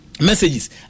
messages